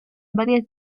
varias